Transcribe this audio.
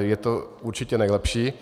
je to určitě nejlepší.